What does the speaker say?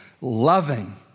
loving